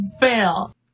Bill